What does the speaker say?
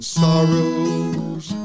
sorrows